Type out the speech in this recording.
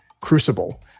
crucible